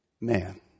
Man